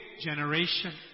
generation